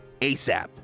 ASAP